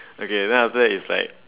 okay then after that is like